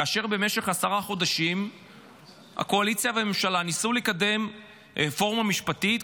כאשר במשך עשרה חודשים הקואליציה והממשל ניסו לקדם רפורמה משפטית,